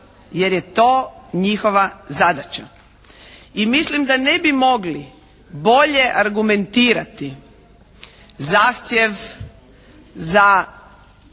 jer je to njihova zadaća. I mislim da ne bi mogli bolje argumentirati zahtjev za